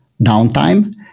Downtime